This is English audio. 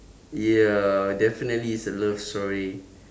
ya definitely it's a love story